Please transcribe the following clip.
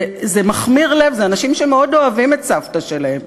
זה מכמיר לב, זה אנשים שמאוד אוהבים את סבתא שלהם.